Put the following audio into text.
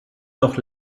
noch